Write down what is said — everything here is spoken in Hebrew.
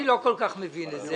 אני לא כל כך מבין את זה.